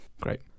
Great